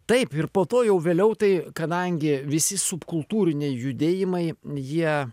taip ir po to jau vėliau tai kadangi visi subkultūriniai judėjimai jie